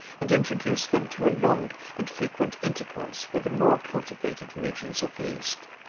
and introduced them to a long and frequent intercourse with the more cultivated regions of the east.